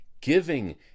giving